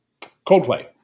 Coldplay